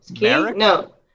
No